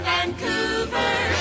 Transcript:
Vancouver